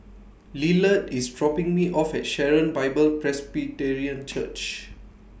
Lillard IS dropping Me off At Sharon Bible Presbyterian Church